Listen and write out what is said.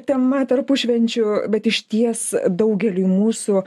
tema tarpušvenčiu bet išties daugeliui mūsų